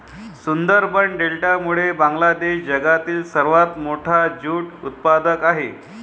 सुंदरबन डेल्टामुळे बांगलादेश जगातील सर्वात मोठा ज्यूट उत्पादक आहे